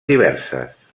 diverses